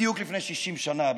בדיוק לפני 60 שנה,